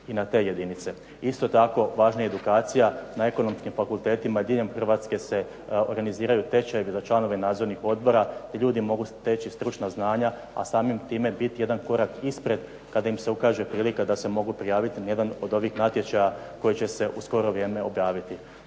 i na te jedinice. Isto tako, važna je edukacija na ekonomskim fakultetima. Diljem Hrvatske se organiziraju tečajevi za članove nadzornih odbora gdje ljudi mogu steći stručna znanja a samim time biti jedan korak ispred kada im se ukaže prilika da se mogu prijaviti na jedan od ovih natječaja koji će se u skoro vrijeme objaviti.